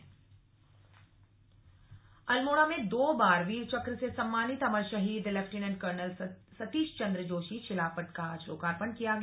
शहीद पार्क लोकार्पण अल्मोड़ा में दो बार वीर चक्र से सम्मानित अमर शहीद लेफ्टिनेंट कर्नल सतीश चन्द्र जोशी शिलापट का आज लोकार्पण किया गया